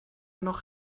noch